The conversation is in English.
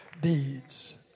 deeds